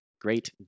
great